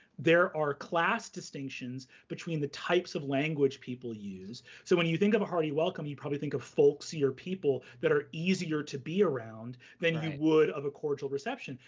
there are class distinctions between the types of language people use. so when you think of a hearty welcome, you probably think of folksier people that are easier to be around than you would of cordial reception.